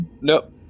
Nope